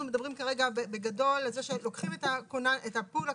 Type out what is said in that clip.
אנחנו מדברים כרגע בגדול על זה שלוקחים את הפול הקיים,